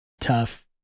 tough